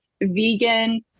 vegan